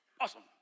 awesome